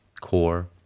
core